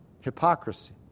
hypocrisy